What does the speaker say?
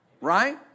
Right